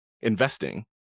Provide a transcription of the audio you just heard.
Investing